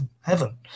heaven